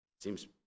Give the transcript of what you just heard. Seems